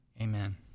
amen